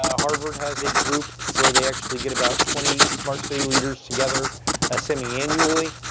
ah harvard has a group where they actually get about twenty smart city leaders together ah semiannually.